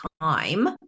time